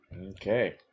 Okay